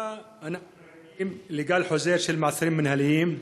לאחרונה אנחנו עדים לגל חוזר של מעצרים מינהליים.